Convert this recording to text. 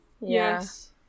yes